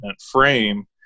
frame